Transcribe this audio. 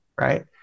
right